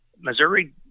Missouri